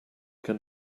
can